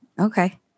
Okay